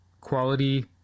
quality